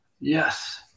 Yes